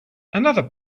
another